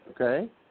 Okay